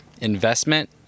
investment